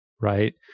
right